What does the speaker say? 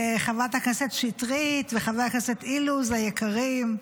חברת הכנסת שטרית וחבר הכנסת אילוז היקרים,